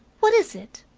what is it?